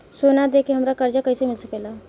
सोना दे के हमरा कर्जा कईसे मिल सकेला?